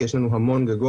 כי יש לנו המון גגות,